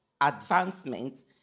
advancement